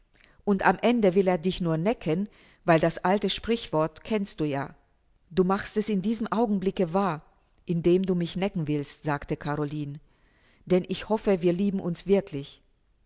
und am ende will er dich nur necken weil das alte sprichwort kennst du ja du machst es in diesem augenblicke wahr indem du mich necken willst sagte caroline denn ich hoffe wir lieben uns wirklich